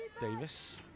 Davis